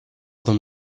them